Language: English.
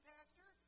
Pastor